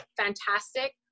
Fantastic